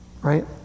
right